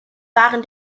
waren